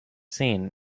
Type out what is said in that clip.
seen